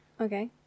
Okay